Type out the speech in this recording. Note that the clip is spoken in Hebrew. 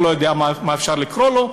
או לא יודע איך אפשר לקרוא לו,